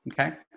Okay